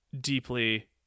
deeply